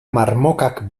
marmokak